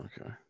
Okay